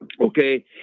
okay